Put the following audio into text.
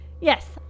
yes